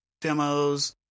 demos